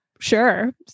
sure